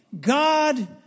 God